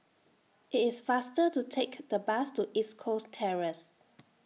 IT IS faster to Take The Bus to East Coast Terrace